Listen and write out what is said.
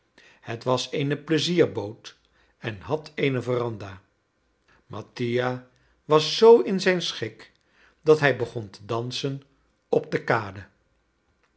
het was eene pleizierboot en had eene veranda mattia was z in zijn schik dat hij begon te dansen op de kade